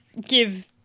give